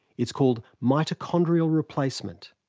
it's called mitochondrial replacement.